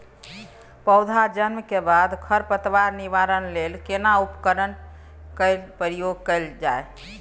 पौधा जन्म के बाद खर पतवार निवारण लेल केना उपकरण कय प्रयोग कैल जाय?